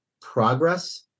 Progress